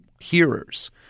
hearers